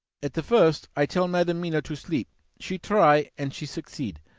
at the first, i tell madam mina to sleep she try, and she succeed.